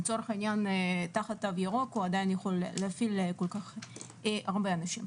לצורך העניין תחת תו ירוק הוא עדיין יכול להפעיל הרבה אנשים,